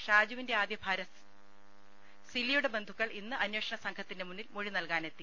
ഷാജുവിന്റെ ആദ്യഭാര്യ സിലിയുടെ ബന്ധുക്കൾ ഇന്ന് അന്വേഷണ സംഘത്തിന്റെ മുന്നിൽ മൊഴി നല്കാനെത്തി